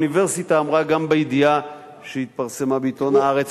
האוניברסיטה אמרה גם בידיעה שהתפרסמה בעיתון "הארץ".